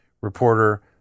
reporter